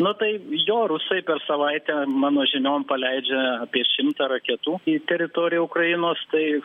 nu taip jo rusai per savaitę mano žiniom paleidžia apie šimtą raketų į teritoriją ukrainos tai